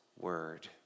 word